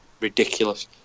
ridiculous